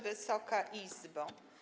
Wysoka Izbo!